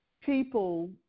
people